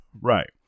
Right